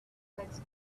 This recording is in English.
legs